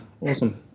awesome